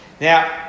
Now